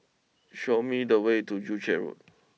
show me the way to Joo Chiat Road